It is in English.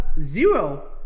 zero